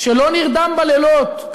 שלא נרדם בלילות,